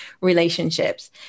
relationships